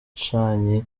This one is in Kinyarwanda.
abicanyi